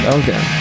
Okay